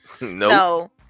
No